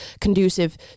conducive